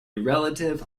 relative